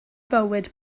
bywyd